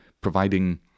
providing